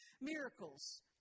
miracles